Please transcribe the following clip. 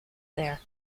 there